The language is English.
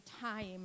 time